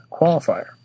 qualifier